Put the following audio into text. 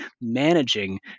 managing